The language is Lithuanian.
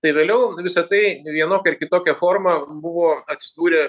tai vėliau visa tai vienokia ar kitokia forma buvo atsidūrę